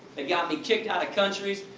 that got me kicked out of countries,